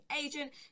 agent